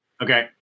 Okay